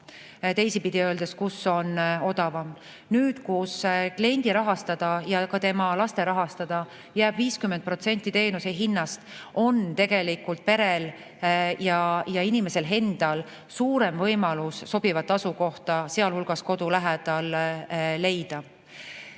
teisipidi öeldes, kus on odavam. Nüüd, kui kliendi ja ka tema laste rahastada jääb 50% teenuse hinnast, on perel ja inimesel endal suurem võimalus leida sobiv asukoht, sealhulgas kodu lähedal.